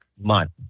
month